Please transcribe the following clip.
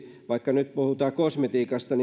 vaikka nyt puhutaankin kosmetiikasta